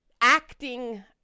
acting